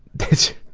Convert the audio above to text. this